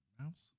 Mouse